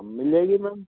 मिल जाएगी मैम